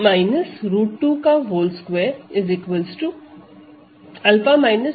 यानी कि 𝛂2 √22 3 के